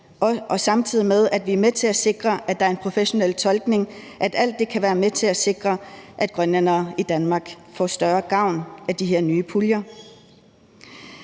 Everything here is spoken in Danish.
samtidig med at vi er med til at sikre, at der er en professionel tolkning. Alt det kan være med til at sikre, at grønlændere i Danmark får større gavn at de her nye puljer.